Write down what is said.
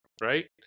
Right